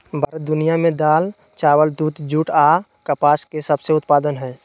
भारत दुनिया में दाल, चावल, दूध, जूट आ कपास के सबसे उत्पादन हइ